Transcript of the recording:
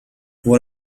what